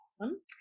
awesome